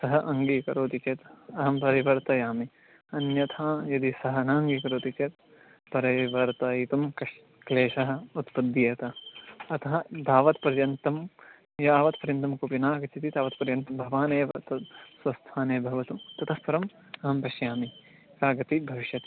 सः अङ्गीकरोति चेत् अहं परिवर्तयामि अन्यथा यदि सः नाङ्गीकरोति चेत् परिवर्तयितुं कः क्लेशः उत्पद्येत अतः तावत्पर्यन्तं यावत्पर्यन्तं कोऽपि नागच्छति तावत्पर्यन्तं भवानेव तद् स्वस्थाने भवतु ततः परम् अहं पश्यामि का गतिः भविष्यति